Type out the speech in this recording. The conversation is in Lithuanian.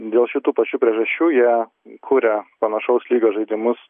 dėl šitų pačių priežasčių jie kuria panašaus lygio žaidimus